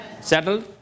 Settled